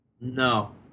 No